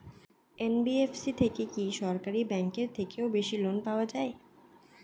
NBFC থেকে কি সরকারি ব্যাংক এর থেকেও বেশি লোন পাওয়া যায়?